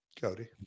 Cody